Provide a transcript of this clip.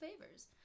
favors